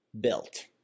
built